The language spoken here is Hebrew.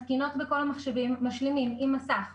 מתקינות בכל המחשבים משלימים עם מסך,